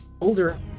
older